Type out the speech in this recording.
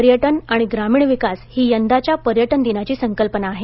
पर्यटन आणि ग्रामीण विकास ही यंदाच्या पर्यटन दिनाची संकल्पना आहे